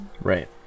Right